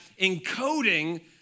encoding